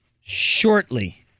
shortly